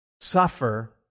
suffer